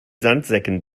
sandsäcken